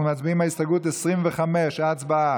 אנחנו מצביעים על הסתייגות 25. הצבעה.